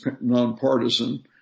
non-partisan